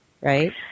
right